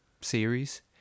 series